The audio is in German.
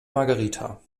margherita